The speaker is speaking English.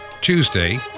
Tuesday